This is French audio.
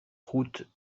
route